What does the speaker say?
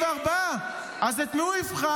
אבל אתם 24, אז את מי הוא יבחר?